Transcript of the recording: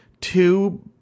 two